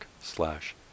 slash